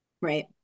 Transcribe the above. Right